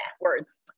words